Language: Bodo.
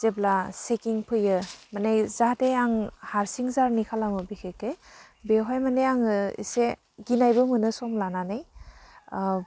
जेब्ला चेकिं फैयो माने जाहाथे आं हारसिं जारनि खालामो बिखेकखे बेवहाय माने आङो एसे गिनायबो मोनो सम लानानै